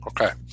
Okay